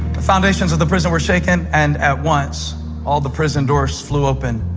the foundations of the prison were shaken. and at once all the prison doors flew open,